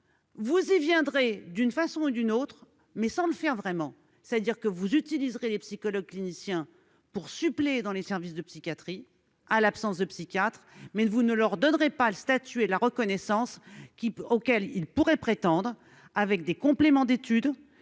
vous y viendrez d'une façon ou d'une autre, mais sans le faire vraiment, c'est-à-dire que vous utiliserez les psychologues cliniciens, pour suppléer dans les services de psychiatrie à l'absence de psychiatres, mais vous ne leur donnerait pas le statuer la reconnaissance qui auxquels il pourrait prétendre avec des compléments d'étude